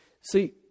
See